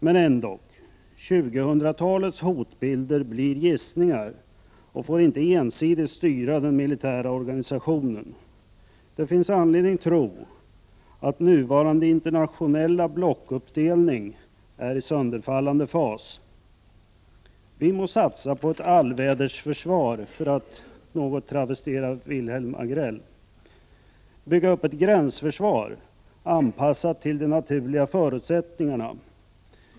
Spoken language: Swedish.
Men ändå: 2000-talets hotbilder blir gissningar och får inte ensidigt styra den militära organisationen. Det finns anledning att tro att nuvarande internationella blockuppdelning är i sönderfallande fas. Vi må satsa på ett ”allvädersförsvar” för att något travestera Wilhelm Agrell. Vi bör bygga upp ett gränsförsvar anpassat till de naturliga förutsättningarna.